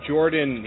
Jordan